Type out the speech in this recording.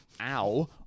Ow